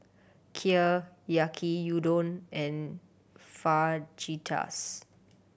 Kheer Yaki Udon and Fajitas